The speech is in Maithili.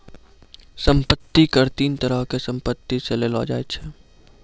सम्पति कर तीन तरहो के संपत्ति से लेलो जाय छै, जमीन, जमीन मे घर आरु चल चीजो पे